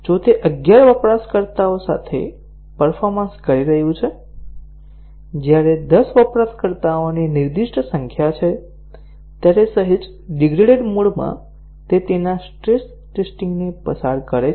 જો તે અગિયાર વપરાશકર્તાઓ સાથે પરફોર્મન્સ કરી રહ્યું છે જ્યારે દસ વપરાશકર્તાઓની નિર્દિષ્ટ સંખ્યા છે ત્યારે સહેજ ડિગ્રેડેડ મોડમાં તે તેના સ્ટ્રેસ ટેસ્ટીંગ ને પસાર કરે છે